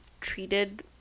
Treated